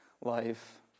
life